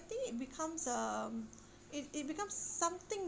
think it becomes um it it becomes something